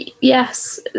yes